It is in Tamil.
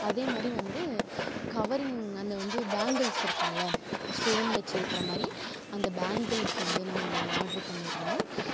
அதே மாரி வந்து கவரிங் அதில் வந்து பேங்கில்ஸ் இருக்கும்ல ஸ்டோன் வச்சு இருக்குற மாரி அந்த பேங்கில்ஸ் வந்து நான் ஒன்று ஆர்டர் பண்ணிருந்தேன்